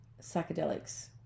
psychedelics